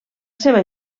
seva